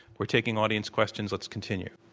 we're taking audience questions. let's continue.